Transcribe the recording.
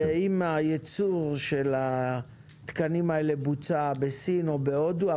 ואם הייצור של התקנים האלה בוצע בסין או בהודו,